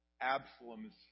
Absalom's